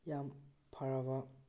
ꯌꯥꯝ ꯐꯔꯕ